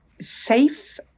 safe